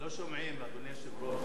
לא שומעים, אדוני היושב-ראש.